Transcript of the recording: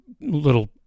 little